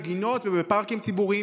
בגינות ובפארקים ציבוריים,